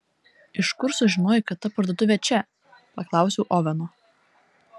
iš kur sužinojai kad ta parduotuvė čia paklausiau oveno